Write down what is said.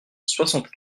soixante